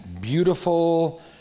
beautiful